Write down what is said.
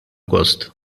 gost